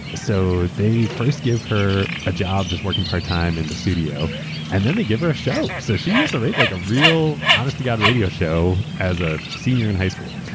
so they first gave her a job just working part-time in the studio and then they gave her a show. so she gets a like a real honest to god radio show as a senior in high school.